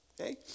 Okay